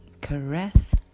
caress